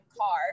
car